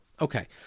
Okay